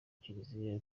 kiliziya